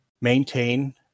maintain